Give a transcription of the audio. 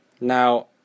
Now